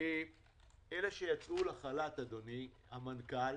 אלה שיצאו לחל"ת, אדוני המנכ"ל,